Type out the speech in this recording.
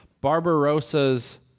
Barbarossa's